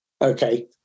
Okay